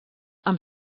amb